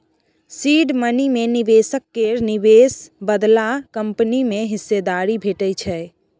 seed money मे निबेशक केर निबेश बदला कंपनी मे हिस्सेदारी भेटै छै